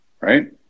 right